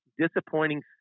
disappointing